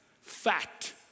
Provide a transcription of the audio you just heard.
fat